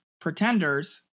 pretenders